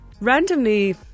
randomly